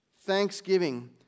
thanksgiving